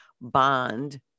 bond